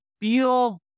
feel